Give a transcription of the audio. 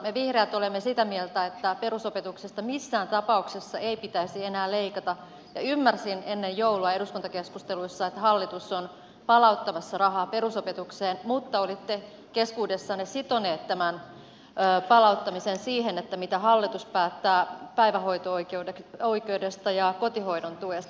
me vihreät olemme sitä mieltä että perusopetuksesta missään tapauksessa ei pitäisi enää leikata ja ymmärsin ennen joulua eduskuntakeskusteluissa että hallitus on palauttamassa rahaa perusopetukseen mutta olitte keskuudessanne sitoneet tämän palauttamisen siihen mitä hallitus päättää päivähoito oikeudesta ja kotihoidon tuesta